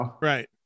right